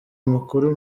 amakuru